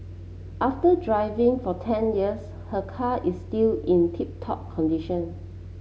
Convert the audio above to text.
after driving for ten years her car is still in tip top condition